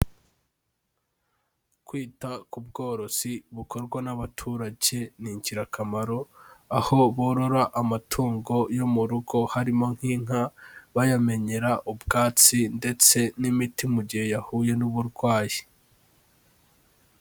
Kwita ku bworozi bukorwa n'abaturage ni ingirakamaro, aho borora amatungo yo mu rugo harimo nk'inka, bayamenyera ubwatsi ndetse n'imiti mu gihe yahuye n'uburwayi.